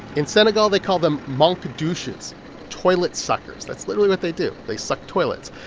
in senegal, they call them manque-douches, toilet suckers. that's literally what they do. they suck toilets.